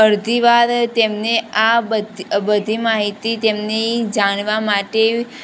અડધી વાર તેમને આ બધી માહિતી તેમની જાણવા માટે